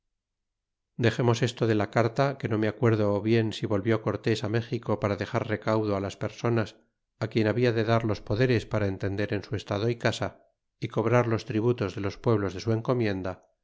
dexemos esto de la carta que no me acuerdo bien si volvió cortés méxico para dexar recaudo las personas quien habla de dar los poderes para entender en su estado y casa é cobrar los tributos de los pueblos de su encomienda